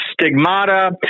stigmata